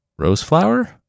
Roseflower